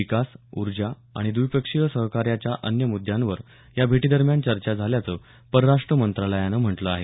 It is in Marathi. विकास उर्जा आणि व्दिपक्षीय सहकार्याच्या अन्य मुद्दांवर या भेटीदरम्यान चर्चा झाल्याचं परराष्ट्र मंत्रालयानं म्हटलं आहे